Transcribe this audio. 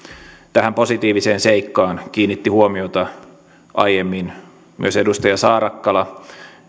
tähän positiiviseen seikkaan kiinnitti huomiota aiemmin myös edustaja saarakkala